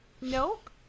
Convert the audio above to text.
Nope